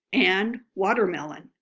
and watermelon,